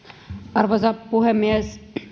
arvoisa puhemies